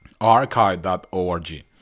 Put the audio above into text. archive.org